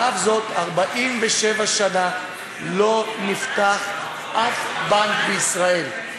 על אף זאת 47 שנה לא נפתח אף בנק בישראל.